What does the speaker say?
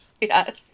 Yes